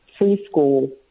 preschool